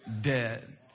dead